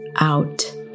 out